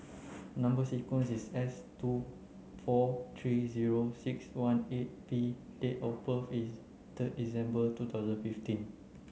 number sequence is S two four three zero six one eight P and date of birth is third December two thousand fifteen